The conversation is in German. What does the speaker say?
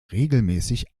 regelmäßige